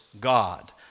God